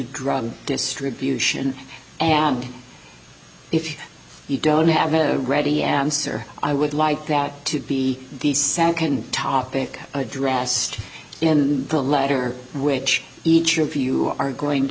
drug distribution and if you don't have a ready answer i would like that to be the second topic addressed in the letter which each of you are going to